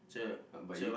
but but you